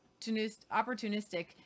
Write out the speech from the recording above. opportunistic